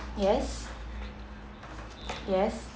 yes yes